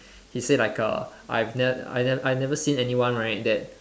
he say like uh I've ne~ I ne~ I never seen anyone right that